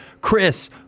Chris